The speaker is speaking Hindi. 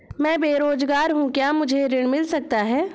मैं बेरोजगार हूँ क्या मुझे ऋण मिल सकता है?